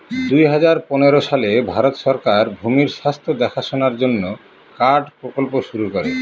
দুই হাজার পনেরো সালে ভারত সরকার ভূমির স্বাস্থ্য দেখাশোনার জন্য কার্ড প্রকল্প শুরু করে